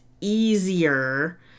easier